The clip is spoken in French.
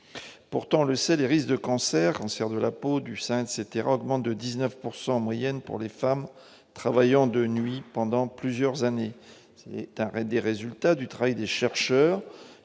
pourtant le sait, des risques de cancer, cancer de la peau, du sein etc augmentent de 19 pourcent en moyenne pour les femmes travaillant de nuit pendant plusieurs années, un des résultats du travail des chercheurs